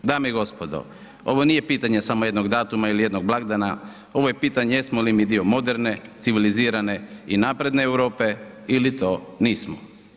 Dame i gospodo, ovo nije pitanje samo jednog datuma ili jednog blagdana, ovo je pitanje jesmo li mi dio moderne, civilizirane i napredne Europe ili to nismo.